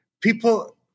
people